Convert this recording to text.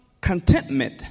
contentment